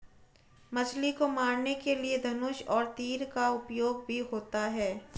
मछली को मारने के लिए धनुष और तीर का उपयोग भी होता है